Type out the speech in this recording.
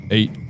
Eight